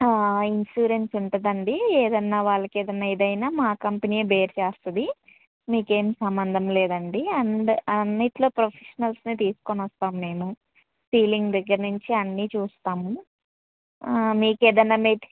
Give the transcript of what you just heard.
insurance ఉంటదండి ఏదన్నా వాళ్ళకి ఏదన్నా ఏదైనా మా కంపెనీయే బేర్ చేస్తుంది మీకేం సంబంధం లేదండి అంద అన్నిట్లో ప్రొఫెషనల్స్ని తీసుకొని వస్తాం మేము సీలింగ్ దగ్గర నుంచి అన్ని చూస్తాము మీకు ఏదన్నా మీ